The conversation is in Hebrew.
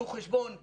שהוא חשבון נכון,